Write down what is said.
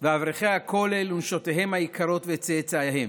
ואברכי הכולל ונשותיהם היקרות וצאצאיהם,